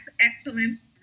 excellence